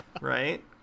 right